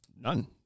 None